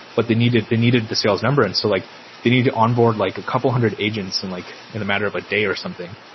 but they needed they needed the sales number. and so like they needed to onboard like a couple hundred agents and like in a matter of a day or something,